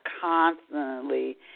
constantly